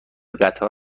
قطار